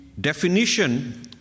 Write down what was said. definition